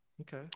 Okay